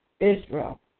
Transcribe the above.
Israel